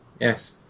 yes